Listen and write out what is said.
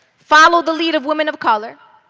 follow the lead of women of color.